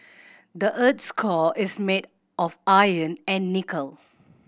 the earth's core is made of iron and nickel